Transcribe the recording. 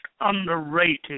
underrated